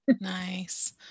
Nice